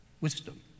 wisdom